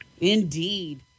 Indeed